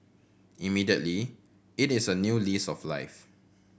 immediately it is a new lease of life